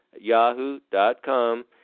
yahoo.com